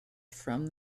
from